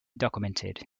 documented